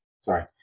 sorry